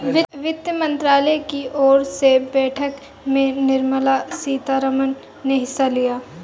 वित्त मंत्रालय की ओर से बैठक में निर्मला सीतारमन ने हिस्सा लिया